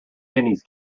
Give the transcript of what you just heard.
pennies